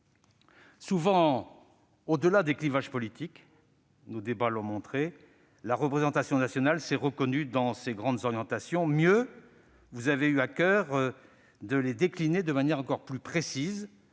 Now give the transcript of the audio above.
Souvent, au-delà des clivages politiques, nos débats l'ont montré, la représentation nationale s'est reconnue dans ces grandes orientations. Mieux, vous avez eu à coeur de les décliner de manière encore plus précise,